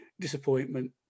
disappointment